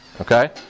okay